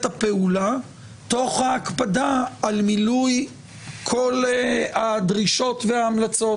הפעולה תוך ההקפדה על מילוי כל הדרישות וההמלצות,